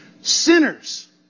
sinners